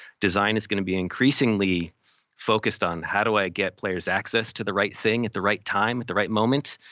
design is gonna be increasingly focused on how do i get players access to the right thing at the right time at the right moment.